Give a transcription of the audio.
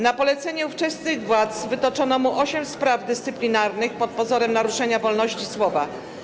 Na polecenie ówczesnych władz wytoczono mu osiem spraw dyscyplinarnych pod pozorem naruszenia wolności słowa.